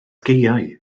gaeau